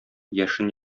яшен